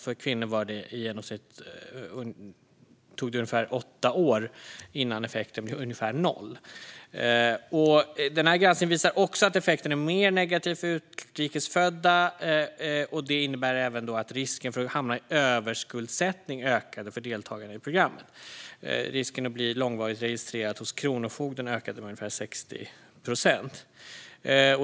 För kvinnor tog det ungefär åtta år innan effekten blev ungefär noll. Granskningen visar också att effekten är mer negativ för utrikes födda, vilket innebär att risken att hamna i överskuldsättning ökade för deltagarna i programmet. Risken att bli långvarigt registrerad hos kronofogden ökade med ungefär 60 procent.